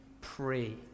pray